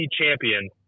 champion